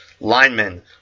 linemen